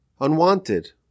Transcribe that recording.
unwanted